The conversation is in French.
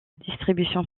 distribution